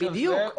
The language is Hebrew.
בדיוק.